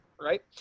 Right